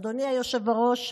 אדוני היושב-ראש,